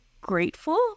grateful